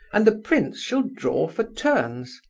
and the prince shall draw for turns.